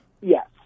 Yes